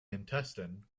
intestine